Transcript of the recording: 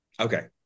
Okay